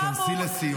תתכנסי לסיום.